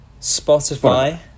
Spotify